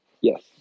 yes